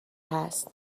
هست